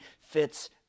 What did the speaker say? fits